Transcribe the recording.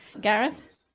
Gareth